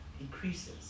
increases